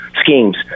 schemes